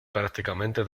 prácticamente